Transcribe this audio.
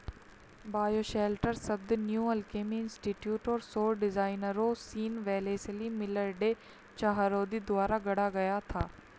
bioshelter शब्द New Alchemy Institute और सौर डिजाइनरों Sean Wellesley Miller, Day Chahroudi द्वारा गढ़ा गया था